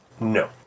No